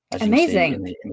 Amazing